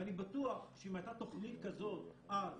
אני בטוח שאם הייתה תוכנית כזאת אז,